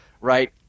right